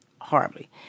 horribly